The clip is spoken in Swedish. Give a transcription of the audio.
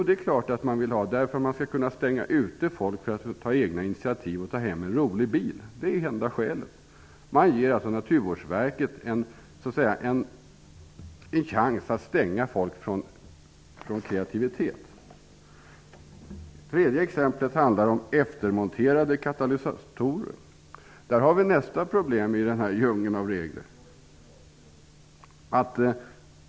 Det är klart att man vill ha det för att utestänga folk från möjligheten att ta egna initiativ, att ta hem en rolig bil. Det är enda skälet. Man ger alltså Naturvårdsverket en chans att hindra folk från kreativitet. Nästa exempel handlar om eftermonterade katalysatorer. Där har vi nästa problem i djungeln av regler.